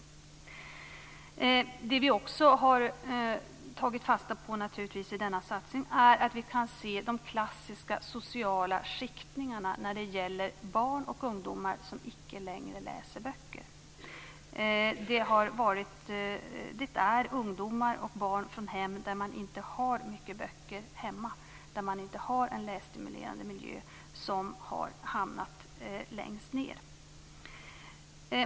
Vad vi naturligtvis också har tagit fasta på i denna satsning är att vi kan se de klassiska sociala skiktningarna när det gäller barn och ungdomar som icke längre läser böcker. Det är ungdomar och barn från hem där man inte har mycket böcker, där man inte har en lässtimulerande miljö, som har hamnat längst ned.